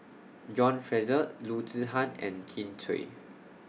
John Fraser Loo Zihan and Kin Chui